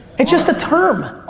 it's just a term.